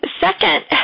Second